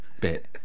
bit